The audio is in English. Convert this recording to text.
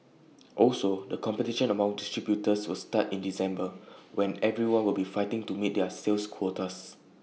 also the competition among distributors will start in December when everyone will be fighting to meet their sales quotas